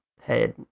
head